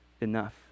enough